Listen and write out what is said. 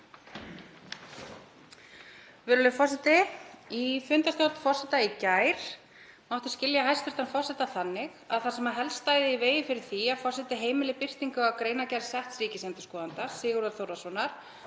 Virðulegur forseti. Í fundarstjórn forseta í gær mátti skilja hæstv. forseta þannig að það sem helst stæði í vegi fyrir því að forseti heimili birtingu á greinargerð setts ríkisendurskoðanda, Sigurðar Þórðarsonar,